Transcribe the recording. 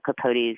Capote's